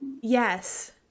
Yes